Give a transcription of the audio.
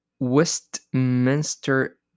Westminster